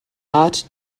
art